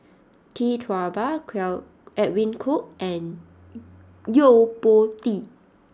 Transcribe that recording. Tee Tua Ba Edwin Koo and Yo Po Tee